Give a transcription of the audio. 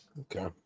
Okay